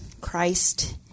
Christ